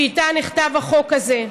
שאיתה נכתב החוק הזה.